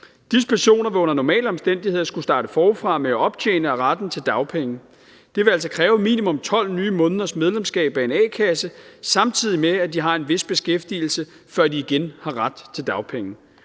Disse personer vil under normale omstændigheder skulle starte forfra med at optjene retten til dagpenge. Det vil altså kræve minimum 12 nye måneders medlemskab af en a-kasse, samtidig med at de har en vis beskæftigelse, før de igen har ret til dagpenge.